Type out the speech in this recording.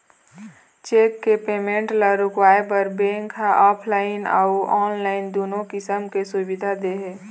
cheque के payment ल रोकवाए बर बेंक ह ऑफलाइन अउ ऑनलाईन दुनो किसम के सुबिधा दे हे